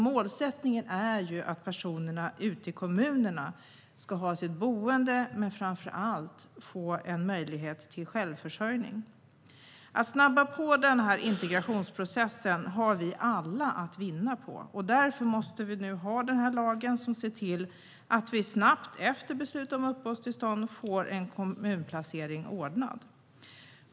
Målsättningen är att personerna ska ha sitt boende ute i kommunerna och framför allt få möjlighet att bli självförsörjande. Att snabba på den integrationsprocessen har vi alla att vinna på. Därför måste vi nu ha en lag som ser till att vi snabbt efter beslut om uppehållstillstånd får en kommunplacering ordnad.